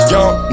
Young